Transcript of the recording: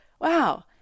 wow